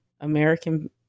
American